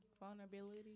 Vulnerability